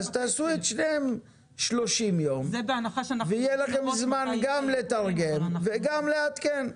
אז תעשו את שניהם 30 יום ויהיה לכם זמן גם לתרגם וגם לעדכן.